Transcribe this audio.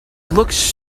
looks